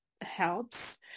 Helps